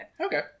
Okay